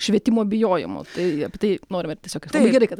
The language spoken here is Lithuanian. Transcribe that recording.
švietimo bijojimu tai apie tai norime ir tiesiog gerai kad